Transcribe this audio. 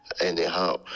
anyhow